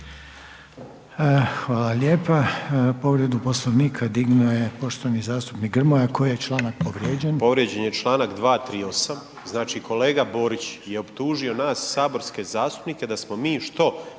Hvala lijepa. Povredu Poslovnika dignuo je poštovani zastupnika Grmoja, koji je članak povrijeđen?